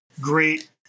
great